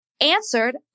answered